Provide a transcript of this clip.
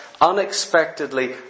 unexpectedly